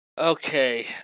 Okay